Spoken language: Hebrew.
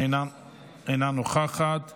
אם הסוף, הייתה נקראת פלסטין,